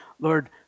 Lord